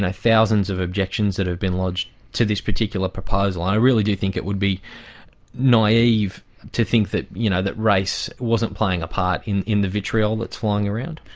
thousands of objections that have been lodged to this particular proposal. i really do think it would be naive to think that you know that race wasn't playing a part in in the vitriol that's flying around.